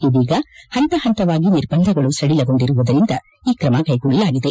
ಇದೀಗ ಹಂತ ಹಂತವಾಗಿ ನಿರ್ಬಂಧಗಳು ಸಡಿಲಗೊಂಡಿರುವುದರಿಂದ ಈ ತ್ರಮ ಕೈಗೊಳ್ಳಲಾಗಿದೆ